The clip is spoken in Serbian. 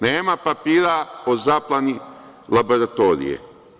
Nema papira o zapleni laboratorije.